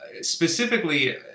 Specifically